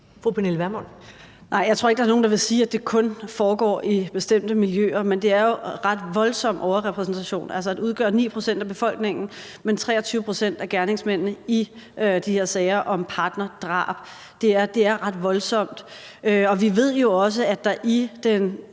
Jeg tror ikke, at der er nogen, der vil sige, at det kun foregår i bestemte miljøer, men det er jo en ret voldsom overrepræsentation – altså at udgøre 9 pct. af befolkningen, men 23 pct. af gerningsmændene i de her sager om partnerdrab, er ret voldsomt. Og vi ved jo også, at der i den